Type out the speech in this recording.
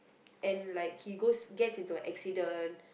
and like he goes gets into an accident